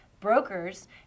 Brokers